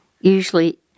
Usually